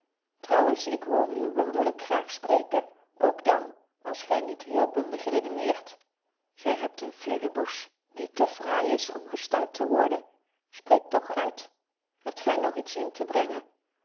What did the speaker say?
trouwens ik hoor u wonderlyk graag spreken ook dan als gy niet heel bondig redeneert gy hebt een flux de bouche die te fraai is om gestuit te worden spreekt toch uit hebt gy nog iets in te brengen